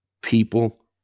people